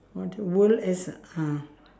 what S ah